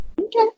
Okay